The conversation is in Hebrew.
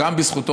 גם בזכותו,